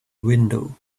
window